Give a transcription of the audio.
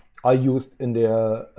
are used, in the